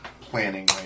planning